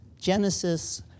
Genesis